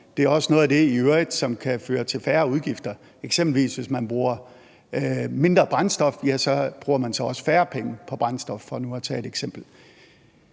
øvrigt også noget af det, som kan føre til færre udgifter. Hvis man eksempelvis bruger mindre brændstof, så bruger man også færre penge på brændstof – for nu at tage et eksempel.